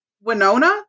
Winona